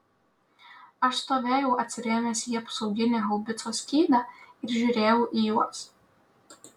aš stovėjau atsirėmęs į apsauginį haubicos skydą ir žiūrėjau į juos